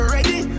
Ready